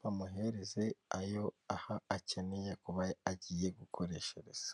bamuhereze ayo akeneye kuba agiye gukoresha gusa .